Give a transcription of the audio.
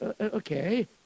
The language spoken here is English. okay